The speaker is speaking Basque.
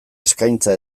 eskaintza